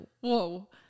whoa